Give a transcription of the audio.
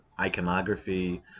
iconography